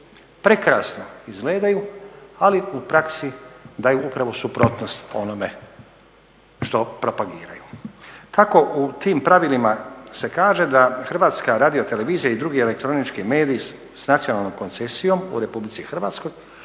prekrasno izgledaju ali u praksi daju upravo suprotnost onome što propagiraju. Kako u tim pravilima se kaže da Hrvatska radiotelevizija i drugi elektronički mediji sa nacionalnom koncesijom u RH u razdoblju